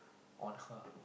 on her